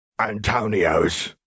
Antonios